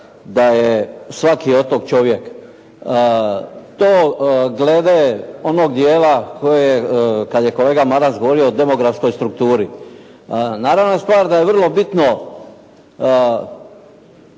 da je svaki otok čovjek. To glede onoga dijela, kada je kolega Maras govorio o demografskoj strukturi. Naravna stvar da je vrlo bitno